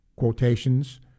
quotations